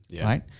right